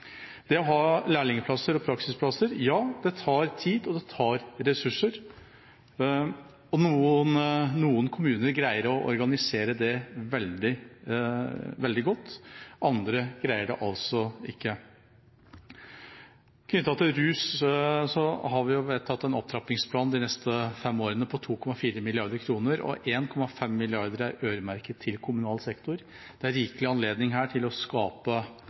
det å ha lærlingplasser og praksisplasser tar tid, og det tar ressurser. Noen kommuner greier å organisere det veldig godt, andre greier det altså ikke. For rusfeltet har vi vedtatt en opptrappingsplan for de neste fem årene på 2,4 mrd. kr, og 1,5 mrd. kr er øremerket til kommunal sektor. Det er rikelig anledning her til både å skape